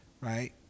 Right